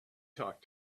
talk